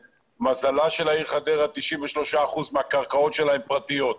למזלה של העיר חדרה 93 אחוזים מהקרקעות שלה הן פרטיות.